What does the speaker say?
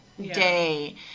day